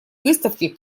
выставки